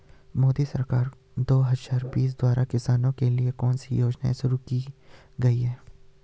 मोदी सरकार दो हज़ार बीस द्वारा किसानों के लिए कौन सी योजनाएं शुरू की गई हैं?